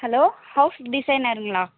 hello house டிசைனருங்களா